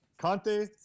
Conte